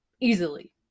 easily